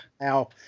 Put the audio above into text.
Now